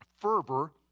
Fervor